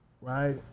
right